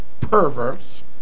perverse